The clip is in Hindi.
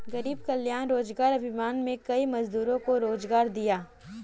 गरीब कल्याण रोजगार अभियान में कई मजदूरों को रोजगार दिया